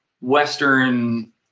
Western